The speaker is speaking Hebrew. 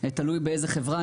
תלוי באיזה חברה,